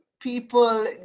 people